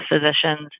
physicians